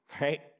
right